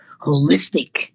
holistic